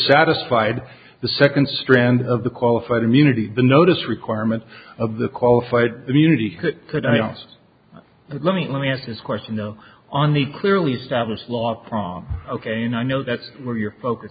satisfied the second strand of the qualified immunity the notice requirement of the qualified immunity could let me let me ask this question though on the clearly established law prom ok now i know that's where your focus